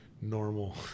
normal